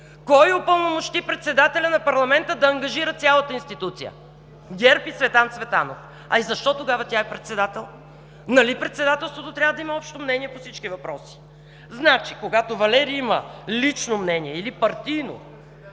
Кой упълномощи председателя на парламента да ангажира цялата институция? ГЕРБ и Цветан Цветанов. А защо тогава тя е председател? Нали председателството трябва да има общо мнение по всички въпроси? Значи, когато Валери има лично мнение или партийно,